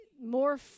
more